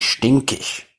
stinkig